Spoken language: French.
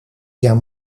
guerre